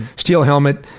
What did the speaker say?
steel helmet,